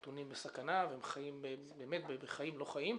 נתונים בסכנה והם חיים בחיים לא חיים.